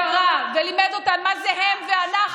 קרא ולימד אותם מה זה הם ואנחנו,